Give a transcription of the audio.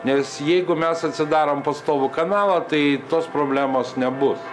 nes jeigu mes atsidarom pastovų kanalą tai tos problemos nebus